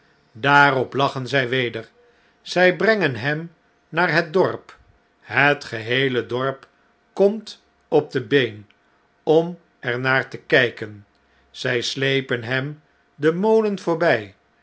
daarop lachen zjj weder zfl brengen hem naar het dorp het geheele dorp komt op de been om er naar te kijken zij sleepen hem den molen voorbij